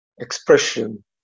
expression